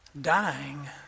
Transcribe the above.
dying